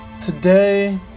Today